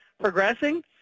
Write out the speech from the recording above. progressing